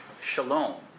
shalom